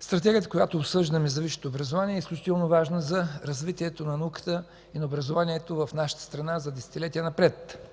Стратегията за висшето образование, която обсъждаме, е изключително важна за развитието на науката и на образованието в нашата страна за десетилетия напред,